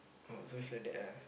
oh so it's like that ah